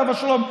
עליו השלום,